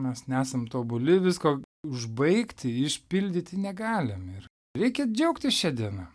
mes nesam tobuli visko užbaigti išpildyti negalim ir reikia džiaugtis šia diena